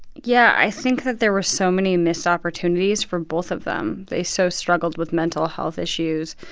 yeah. i think that there were so many missed opportunities for both of them. they so struggled with mental health issues,